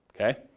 okay